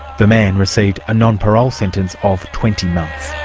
the man received a non-parole sentence of twenty months.